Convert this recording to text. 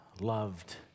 loved